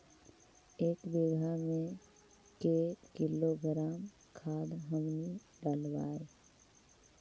एक बीघा मे के किलोग्राम खाद हमनि डालबाय?